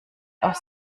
aus